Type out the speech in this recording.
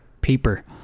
Peeper